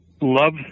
Love